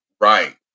Right